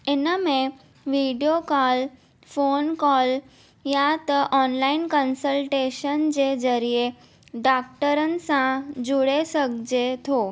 इनमें video call phone call या न ऑनलाइन कंसल्टेशन जे ज़रिए डॉक्टरनि सां जुड़े सघजे थो